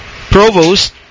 Provost